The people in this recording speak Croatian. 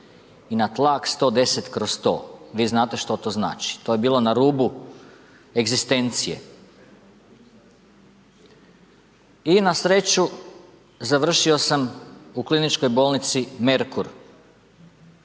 i tlak 110/100. Vi znate što to znači. To je bilo na rubu egzistencije. I na sreću, završio sam u KB Merkur. U KB Merkur